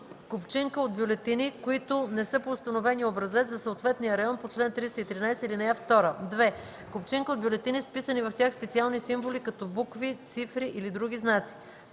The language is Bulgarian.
купчинка от бюлетини, които не са по установения образец за съответния район по чл. 313, ал. 2; 2. купчинка от бюлетини с вписани в тях специални символи, като букви, цифри или други знаци;